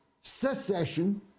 secession